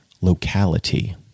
locality